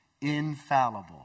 infallible